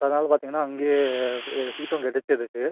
so அதனால் பார்த்தீங்கன்னா அங்கேயே சீட்டும் கிடச்சிருக்கு